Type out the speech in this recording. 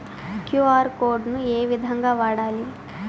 QR code ను ఏ విధంగా వాడాలి?